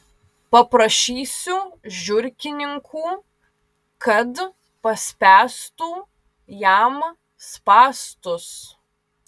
paprašysiu žiurkininkų kad paspęstų jam spąstus